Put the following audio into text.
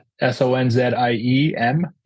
S-O-N-Z-I-E-M